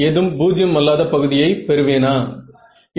நீங்கள் வெவ்வேறு விடைகளை பெறுவீர்கள்